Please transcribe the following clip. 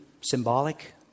symbolic